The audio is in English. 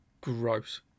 gross